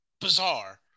bizarre